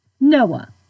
Noah